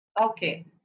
Okay